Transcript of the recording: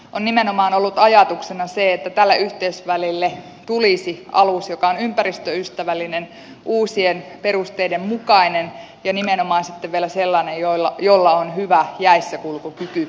on nimenomaan ollut ajatuksena se että tälle yhteysvälille tulisi alus joka on ympäristöystävällinen uusien perusteiden mukainen ja nimenomaan sitten vielä sellainen jolla on hyvä jäissäkulkukyky